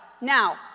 Now